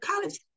college